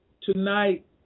tonight